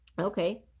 Okay